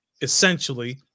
essentially